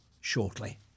shortly